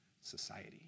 society